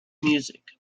music